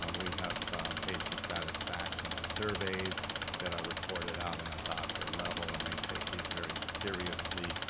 um we have patient satisfaction surveys that are reported out on a doctor level, and they take these very seriously.